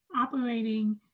operating